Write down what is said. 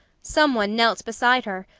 someone knelt beside her,